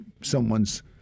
someone's